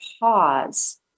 pause